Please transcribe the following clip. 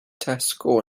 tesco